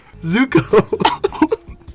Zuko